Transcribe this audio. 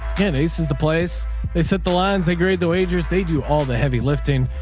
and ace is the place they set the lines. they grade the wagers. they do all the heavy lifting.